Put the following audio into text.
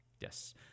Yes